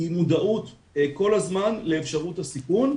היא מודעות כל הזמן לאפשרות לסיכון,